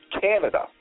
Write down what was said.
Canada